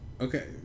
Okay